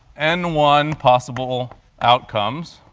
n one possible outcomes,